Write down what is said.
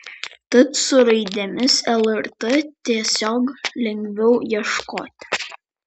tad su raidėmis lrt tiesiog lengviau ieškoti